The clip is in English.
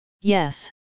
Yes